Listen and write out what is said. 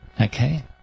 Okay